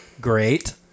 great